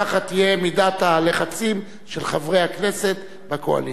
כך תהיה מידת הלחצים של חברי הכנסת בקואליציה.